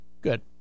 good